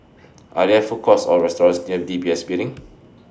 Are There Food Courts Or restaurants near D B S Building